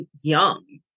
young